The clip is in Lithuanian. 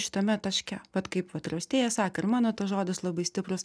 šitame taške vat kaip vat ir austėja sakė ir mano tas žodis labai stiprus